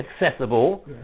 accessible